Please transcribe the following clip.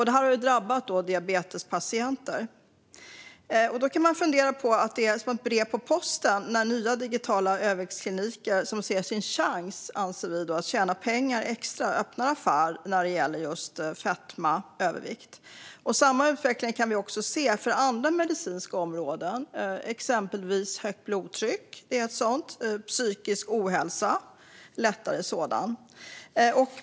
Det har drabbat diabetespatienter. Man kan fundera på om det kommer som ett brev på posten att nya digitala överviktskliniker ser sin chans, anser vi, att tjäna extra pengar och öppnar affär när det gäller just fetma och övervikt. Samma utveckling kan man se på andra medicinska områden, exempelvis när det gäller högt blodtryck och lättare psykisk ohälsa.